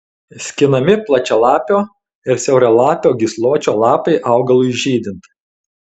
skinami plačialapio ir siauralapio gysločio lapai augalui žydint